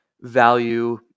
value